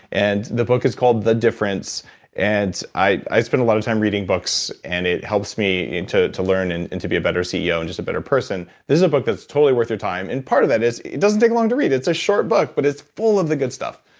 and the book is called the difference and i spend a lot of time reading books, and it helps me to learn and and to be a better ceo and just a better person. this is a book that's totally worth your time. part of that is, it doesn't take long to read. it's a short book, but it's full of the good stuff.